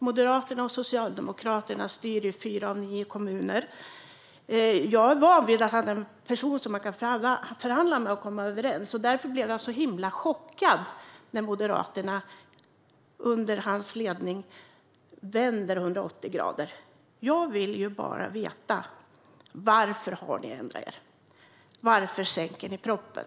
Moderaterna och Socialdemokraterna styr i fyra av nio kommuner. Jag är van vid att han är en person som man kan förhandla med och komma överens med. Därför blev jag så himla chockad när Moderaterna under hans ledning vände 180 grader. Jag vill bara veta: Varför har ni ändrat er? Varför sänker ni propositionen?